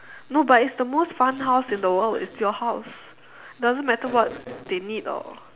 no but it's the most fun house in the world it's your house doesn't matter what they need or